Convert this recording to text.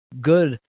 good